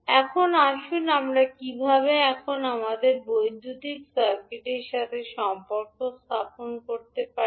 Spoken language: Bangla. এখন আসুন আমরা কীভাবে এখন আমাদের বৈদ্যুতিক সার্কিটের সাথে সম্পর্ক স্থাপন করতে পারি